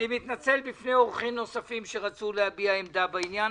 אני מתנצל בפני אורחים נוספים שרצו להביע עמדה בעניין